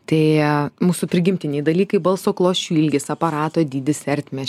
tai mūsų prigimtiniai dalykai balso klosčių ilgis aparato dydis ertmės